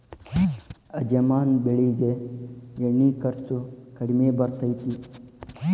ಅಜವಾನ ಬೆಳಿಗೆ ಎಣ್ಣಿ ಖರ್ಚು ಕಡ್ಮಿ ಬರ್ತೈತಿ